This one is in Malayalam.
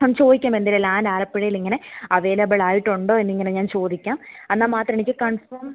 ആ ചോദിക്കാം എന്തെങ്കിലും ലാൻഡ് ആലപ്പുഴയിൽ ഇങ്ങനെ അവൈലബിൾ ആയിട്ടുണ്ടോ എന്നിങ്ങനെ ഞാൻ ചോദിക്കാം എന്നാൽ മാത്രം എനിക്ക് കൺഫേം